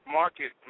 market